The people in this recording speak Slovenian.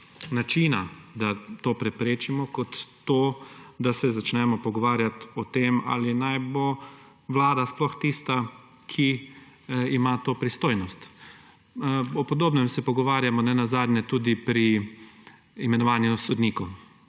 načina, da to preprečimo, kot to, da se začnemo pogovarjati o tem, ali naj bo Vlada sploh tista, ki ima to pristojnost. O podobnem se pogovarjamo nenazadnje tudi pri imenovanju sodnikov.